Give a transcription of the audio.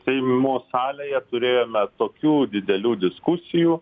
seimo salėje turėjome tokių didelių diskusijų